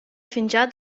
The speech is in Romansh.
fingià